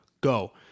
go